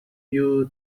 you